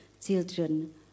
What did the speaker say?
children